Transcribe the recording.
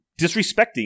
disrespecting